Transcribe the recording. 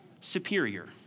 superior